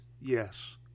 yes